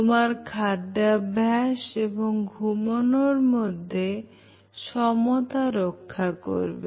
তোমার খাদ্যাভাস এবং ঘুমানোর মধ্যে সমতা রক্ষা করবে